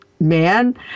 man